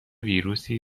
ویروسی